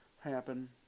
happen